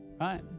Right